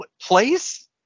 place